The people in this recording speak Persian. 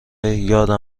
یادم